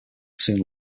soon